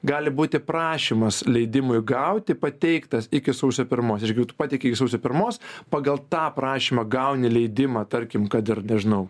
gali būti prašymas leidimui gauti pateiktas iki sausio pirmos ir jeigu pateikei sausio pirmos pagal tą prašymą gauni leidimą tarkim kad ir nežinau